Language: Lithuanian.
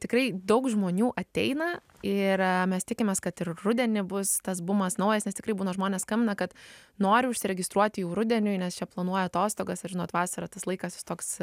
tikrai daug žmonių ateina ir mes tikimės kad ir rudenį bus tas bumas naujas nes tikrai būna žmonės skambina kad nori užsiregistruoti jau rudeniui nes čia planuoja atostogas ir žinot vasarą tas laikas toks